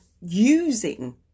using